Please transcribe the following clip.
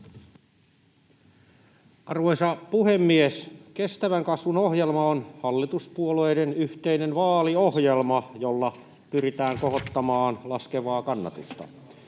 Arvoisa puhemies! Kestävän kasvun ohjelma on hallituspuolueiden yhteinen vaaliohjelma, jolla pyritään kohottamaan laskevaa kannatusta.